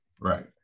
Right